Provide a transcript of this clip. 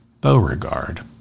Beauregard